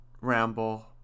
ramble